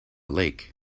lake